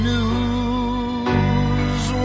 News